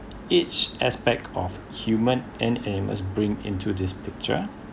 each aspect of human and aim us bring into this picture